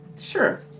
sure